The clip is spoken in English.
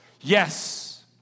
yes